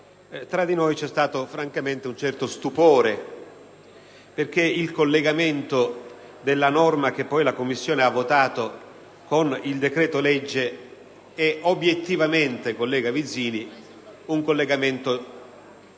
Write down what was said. tra di noi c'è stato francamente un certo stupore perché il collegamento della norma - che poi la Commissione ha votato - con il decreto-legge è, collega Vizzini, coraggioso